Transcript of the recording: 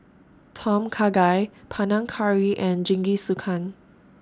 Tom Kha Gai Panang Curry and Jingisukan